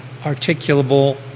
articulable